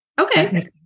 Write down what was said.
Okay